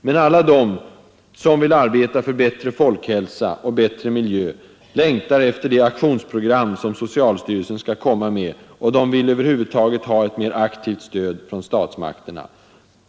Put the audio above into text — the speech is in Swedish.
Men alla de som vill arbeta för bättre folkhälsa och bättre miljö längtar efter det aktionsprogram som socialstyrelsen skall lägga fram, och de vill över huvud taget ha ett mer aktivt stöd från statsmakterna.